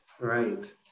right